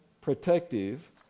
protective